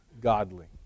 godly